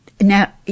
now